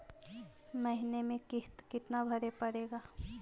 महीने में किस्त कितना भरें पड़ेगा?